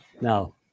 Now